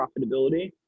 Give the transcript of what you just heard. profitability